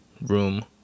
room